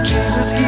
Jesus